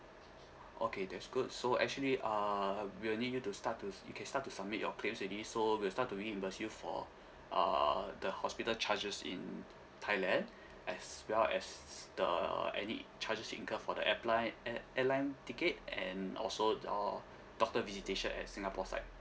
okay that's good so actually uh we will need you to start to s~ you can start to submit your claims already so we will start to reimburse you for uh the hospital charges in thailand as well as the any charges incurred for the air flight air~ airline ticket and also your doctor visitation at singapore side